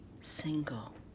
single